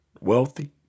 wealthy